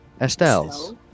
Estelle's